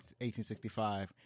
1865